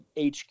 HQ